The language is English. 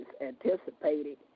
anticipated